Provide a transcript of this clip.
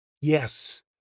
Yes